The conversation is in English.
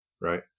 right